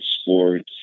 sports